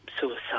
suicide